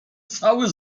cały